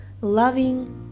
loving